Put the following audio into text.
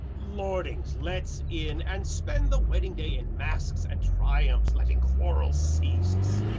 lordings let's in, and spend the wedding day in masques and triumphs, letting quarrels cease.